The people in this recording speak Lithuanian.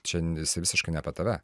čia jis visiškai ne apie tave